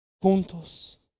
juntos